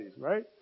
right